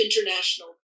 international